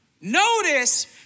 Notice